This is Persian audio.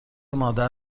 مادر